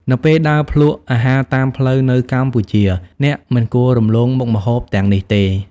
នៅពេលដើរភ្លក្សអាហារតាមផ្លូវនៅកម្ពុជា អ្នកមិនគួររំលងមុខម្ហូបទាំងនេះទេ ។